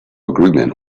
agreement